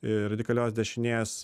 radikalios dešinės